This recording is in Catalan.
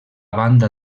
banda